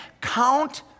Count